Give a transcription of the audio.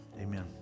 amen